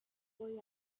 boy